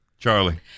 Charlie